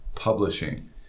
Publishing